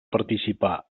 participar